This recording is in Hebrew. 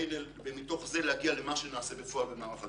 ומתוך זה להגיע למה שנעשה בפועל במערך הגיור: